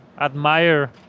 admire